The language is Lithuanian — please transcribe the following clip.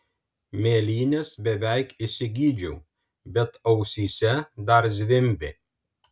mėlynes beveik išsigydžiau bet ausyse dar zvimbė